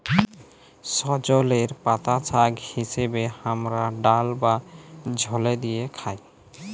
সজলের পাতা শাক হিসেবে হামরা ডাল বা ঝলে দিয়ে খাই